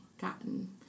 gotten